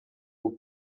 would